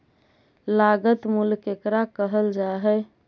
लागत मूल्य केकरा कहल जा हइ?